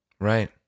Right